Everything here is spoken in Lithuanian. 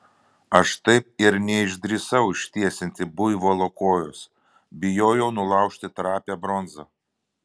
aš taip ir neišdrįsau ištiesinti buivolo kojos bijojau nulaužti trapią bronzą